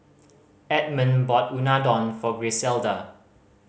Edmund bought Unadon for Griselda